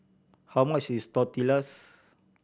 how much is Tortillas